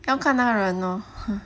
要看那个人 lor